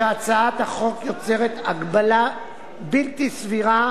שהצעת החוק יוצרת הגבלה בלתי סבירה